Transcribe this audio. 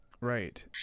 Right